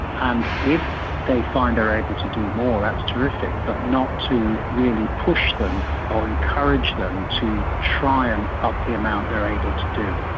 and if they find they are able to do more, that's terrific, but not to really push them or encourage them to try and up the amount they're able to do.